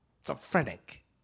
schizophrenic